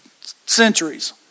centuries